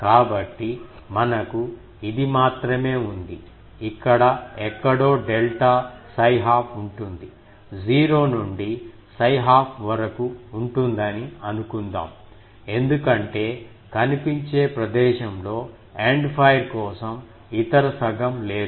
కాబట్టి మనకు ఇది మాత్రమే ఉంది ఇక్కడ ఎక్కడో డెల్టా 𝜓½ ఉంటుంది 0 నుండి 𝜓½ వరకు ఉంటుందని అనుకుందాంఎందుకంటే కనిపించే ప్రదేశంలో ఎండ్ ఫైర్ కోసం ఇతర సగం లేదు